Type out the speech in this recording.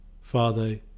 Father